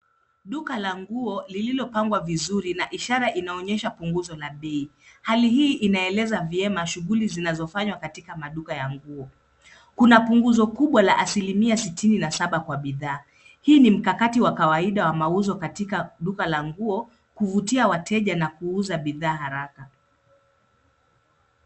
Duka la nguo lililopangwa vizuri na ishara inaonyesha punguzo la bei. Hali hii inaeleza vyema shungli zinazofanywa katika maduka la nguo. Kuna punguzo kubwa la asilimia 67 Kwa bidhaa. Hii ni mkakati wa kawaida wa mauzo katika duka la nguo, kuvutia wateja na kuuza bidhaa haraka.